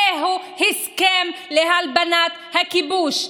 זהו הסכם להלבנת הכיבוש.